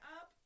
up